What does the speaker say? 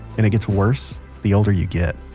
and it gets worse the older you get.